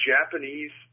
Japanese